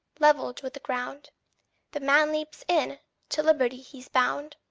levelled with the ground the man leaps in to liberty he's bound.